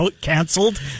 canceled